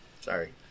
Sorry